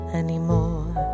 anymore